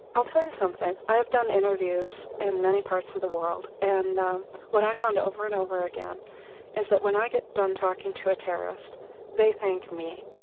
i'll tell you something, i have done interviews in many parts of the world and what i found over and over again is that when i get done talking to a terrorist they thank me.